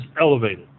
elevated